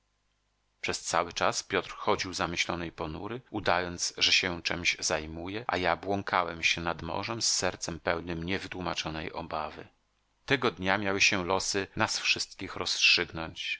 przez cały czas piotr chodził zamyślony i ponury udając że się czemś zajmuje a ja błąkałem się nad morzem z sercem pełnym niewytłumaczonej obawy tego dnia miały się losy nas wszystkich rozstrzygnąć